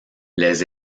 les